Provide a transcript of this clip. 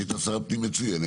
שהיא הייתה שרת פנים מצוינת,